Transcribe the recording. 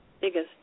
biggest